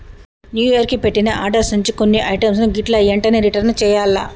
new year కి పెట్టిన orders నుంచి కొన్ని ఐటమ్స్ గిట్లా ఎంటనే రిటర్న్ చెయ్యాల్ల